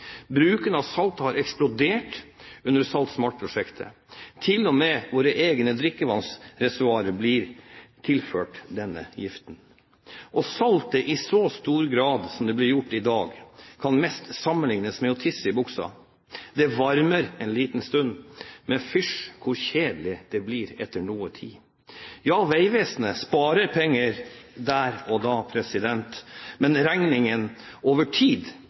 Bruken av salt har eksplodert under Salt SMART-prosjektet. Til og med våre egne drikkevannsreservoarer blir tilført denne giften. Å salte i så stor grad som det blir gjort i dag, kan best sammenlignes med å tisse i buksa. Det varmer en liten stund, men fysj, hvor kjedelig det blir etter noen tid. Ja, Vegvesenet sparer penger der og da, men regningen over tid